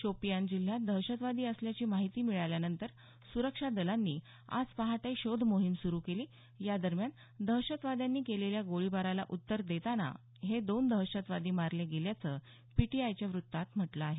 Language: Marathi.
शोपियान जिल्ह्यात दहशतवादी असल्याची माहिती मिळाल्यानंतर सुरक्षा दलांनी आज पहाटे शोधमोहीम सुरू केली या दरम्यान दहशतवाद्यांनी केलेल्या गोळीबाराला उत्तर देताना हे दोघे दहशतवादी मारले गेल्याचं पीटीआयच्या वृत्तात म्हटलं आहे